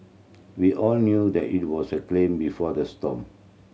we all knew that it was the before the storm